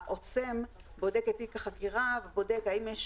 העוצם בודק את תיק החקירה ובודק אם יש